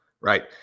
right